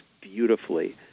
beautifully